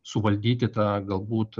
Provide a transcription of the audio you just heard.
suvaldyti tą galbūt